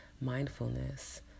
mindfulness